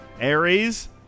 Aries